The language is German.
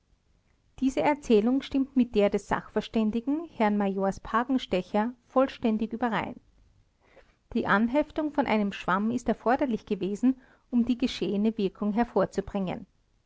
diese erzählung stimmt mit der des sachverständigen herrn majors pagenstecher vollständig überein die anheftung von einem schwamm ist erforderlich gewesen um die geschehene wirkung hervorzubringen